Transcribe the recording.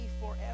forever